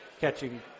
catching